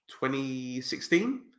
2016